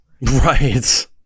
Right